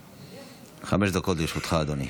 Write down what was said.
חמש דקות לרשותך, אדוני.